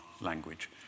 language